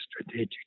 strategic